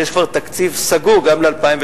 כי יש כבר תקציב סגור גם ל-2012.